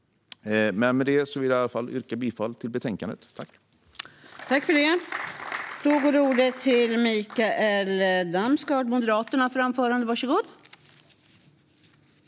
Med det vill jag yrka bifall till utskottets förslag.